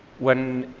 when,